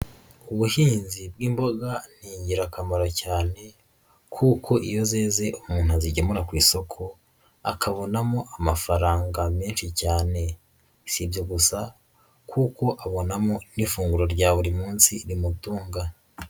Ubuhinzi bw'imboga ni ingirakamaro cyane kuko iyo zeze umuntu azigemura ku isoko akabonamo amafaranga menshi cyane, si ibyo gusa kuko abonamo n'ifunguro rya buri munsi rimutunga.